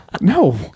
No